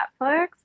Netflix